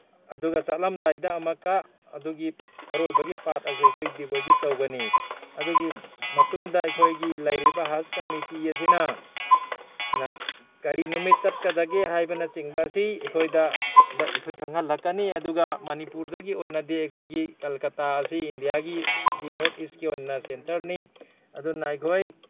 ꯑꯗꯨꯒ ꯆꯠꯂꯝꯗꯥꯏꯗ ꯑꯃꯛꯀ ꯑꯗꯨꯒꯤ ꯑꯔꯣꯏꯕꯒꯤ ꯄꯥꯔꯠ ꯑꯁꯤ ꯑꯩꯈꯣꯏ ꯗꯤꯄꯣꯖꯤꯠ ꯇꯧꯒꯅꯤ ꯑꯗꯨꯒꯤ ꯃꯇꯨꯡꯗ ꯑꯩꯈꯣꯏꯒꯤ ꯂꯩꯔꯤꯕ ꯍꯔꯁ ꯀꯃꯤꯇꯤ ꯑꯁꯤꯅ ꯀꯔꯤ ꯅꯨꯃꯤꯠ ꯆꯠꯀꯗꯒꯦ ꯍꯥꯏꯕꯅꯆꯤꯡꯕꯁꯤ ꯑꯩꯈꯣꯏꯗ ꯑꯩꯈꯣꯏ ꯈꯪꯍꯜꯂꯛꯀꯅꯤ ꯑꯗꯨꯒ ꯃꯅꯤꯄꯨꯔꯗꯒꯤ ꯑꯣꯏꯅꯗꯤ ꯑꯩꯈꯣꯏꯒꯤ ꯀꯜꯀꯇꯥ ꯑꯁꯤ ꯏꯟꯗꯤꯌꯥꯒꯤ ꯅꯣꯔꯠ ꯏꯁꯀꯤ ꯑꯣꯏꯅ ꯁꯦꯟꯇꯔꯅꯤ ꯑꯗꯨꯅ ꯑꯩꯈꯣꯏ